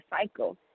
cycle